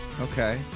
Okay